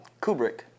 Kubrick